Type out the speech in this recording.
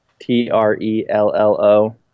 T-R-E-L-L-O